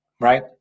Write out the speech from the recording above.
right